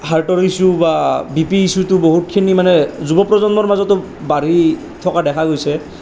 হাৰ্টৰ ইচ্যু বা বিপি ইচ্যুটো বহুতখিনি মানে যুৱ প্ৰজন্মৰ মাজতো বাঢ়ি থকা দেখা গৈছে